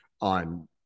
on